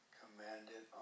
commanded